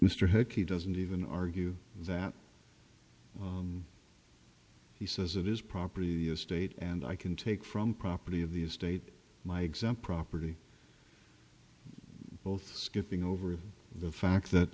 mr heche doesn't even argue that and he says it is property of state and i can take from property of the estate my exam property both skipping over the fact that